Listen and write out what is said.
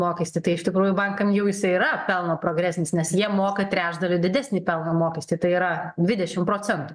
mokestį tai iš tikrųjų bankam jau jisai yra pelno progresinis nes jie moka trečdaliu didesnį pelno mokestį tai yra dvidešim procentų